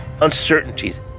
uncertainties